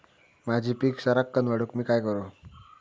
माझी पीक सराक्कन वाढूक मी काय करू?